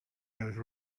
those